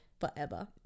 forever